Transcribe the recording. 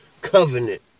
covenant